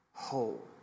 whole